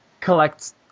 Collect